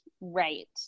right